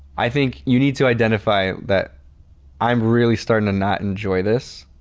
i think you need to identify that i am really starting to not enjoy this.